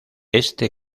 este